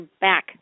back